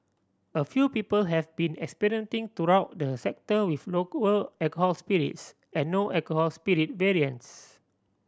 a few people have been experimenting throughout the sector with local alcohol spirits and no alcohol spirit variants